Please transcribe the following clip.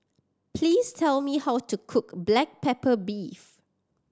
please tell me how to cook black pepper beef